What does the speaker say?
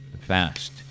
fast